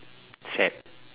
sad